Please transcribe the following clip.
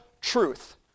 truth